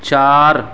چار